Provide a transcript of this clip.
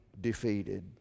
defeated